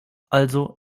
also